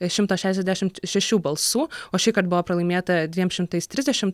šimtas šešiasdešimt šešių balsų o šįkart buvo pralaimėta dviem šimtais trisdešimt